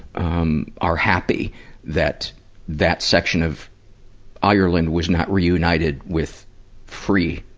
um, are happy that that section of ireland was not reunited with free,